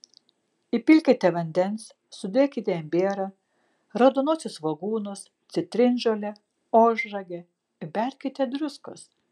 įpilkite vandens sudėkite imbierą raudonuosius svogūnus citrinžolę ožragę įberkite druskos